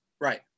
right